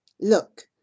Look